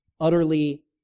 utterly